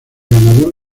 ganador